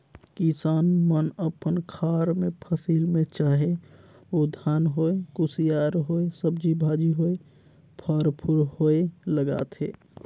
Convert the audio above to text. किसान मन अपन खार मे फसिल में चाहे ओ धान होए, कुसियार होए, सब्जी भाजी होए, फर फूल होए लगाथे